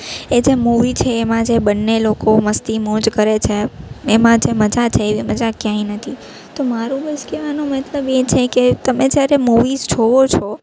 એ જે મુવી છે એમાં જે બંને લોકો મસ્તી મોજ કરે છે એમાં જે મજા છે એવી મજા ક્યાંય નથી તો મારું બસ કહેવાનું મતલબ એ છે કે તમે જયારે મુવીઝ જોવો છો